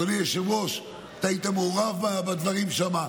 אדוני היושב-ראש, אתה היית מעורב בדברים שם.